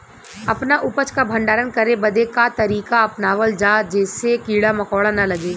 अपना उपज क भंडारन करे बदे का तरीका अपनावल जा जेसे कीड़ा मकोड़ा न लगें?